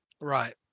Right